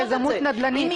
--- יזמות נדל"נית.